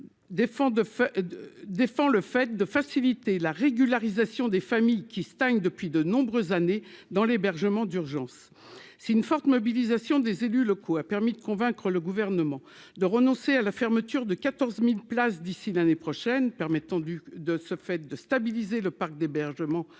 défend le fait de faciliter la régularisation des familles qui stagne depuis de nombreuses années dans l'hébergement d'urgence, c'est une forte mobilisation des élus locaux a permis de convaincre le gouvernement de renoncer à la fermeture de 14000 places d'ici l'année prochaine, permettant du de ce fait, de stabiliser le parc d'hébergement à